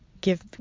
give